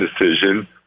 decision